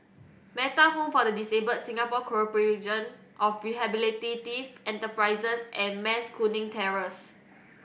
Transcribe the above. Metta Home for the Disabled Singapore Corporation of Rehabilitative Enterprises and Mas Kuning Terrace